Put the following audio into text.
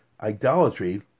idolatry